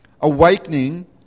awakening